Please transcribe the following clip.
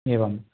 एवम्